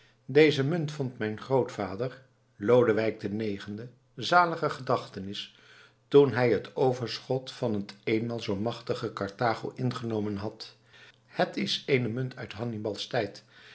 deze munt vond mijn grootvader lodewijk ix zaliger gedachtenis toen hij het overschot van het eenmaal zoo machtige karthago ingenomen had het is eene munt uit